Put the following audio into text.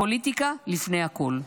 הפוליטיקה לפני הכול.